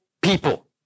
people